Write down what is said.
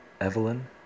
Evelyn